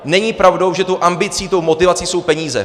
Není pravdou, že tou ambicí, tou motivací jsou peníze.